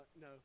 no